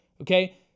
okay